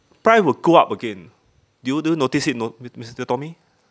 price will go up again do you do you notice it no~ mi~ mister tommy